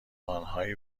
آنهایی